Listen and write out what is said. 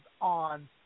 on